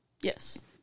Yes